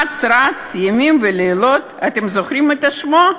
אץ רץ ימים ולילות, אתם זוכרים את שמו?